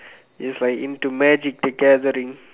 is like into magic gathering